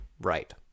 Right